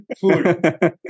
Food